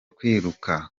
kwiruka